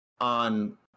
on